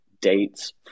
dates